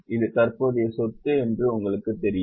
இது தற்போதைய சொத்து என்று உங்களுக்குத் தெரியும்